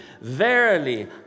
verily